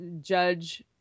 judge